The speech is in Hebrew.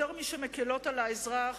שיותר משהן מקילות על האזרח,